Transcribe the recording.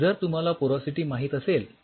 जर तुम्हाला पोरॉसिटी माहित असेल तर